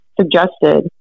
suggested